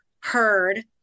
heard